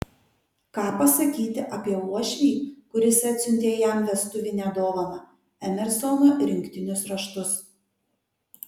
ką pasakyti apie uošvį kuris atsiuntė jam vestuvinę dovaną emersono rinktinius raštus